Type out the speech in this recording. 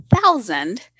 thousand